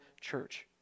church